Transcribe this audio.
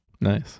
nice